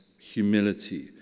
humility